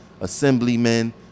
assemblymen